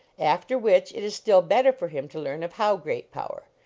after which it is still better for him to learn of how great power.